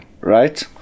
Right